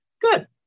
Good